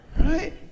right